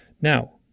Now